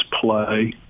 play